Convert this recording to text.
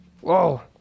Whoa